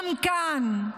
גם כאן,